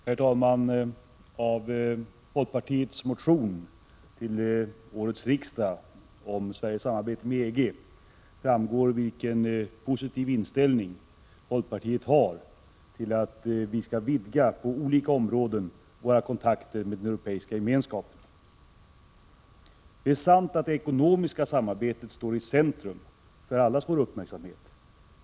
Herr talman! Av folkpartiets motion till årets riksdag om Sveriges samarbete med EG framgår vilken positiv inställning folkpartiet har till att vi på olika områden skall vidga våra kontakter med den Europeiska gemenskapen. Det är riktigt att det ekonomiska samarbetet står i centrum för allas vår uppmärksamhet.